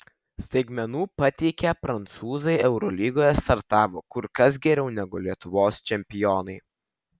staigmenų pateikę prancūzai eurolygoje startavo kur kas geriau negu lietuvos čempionai